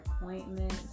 appointments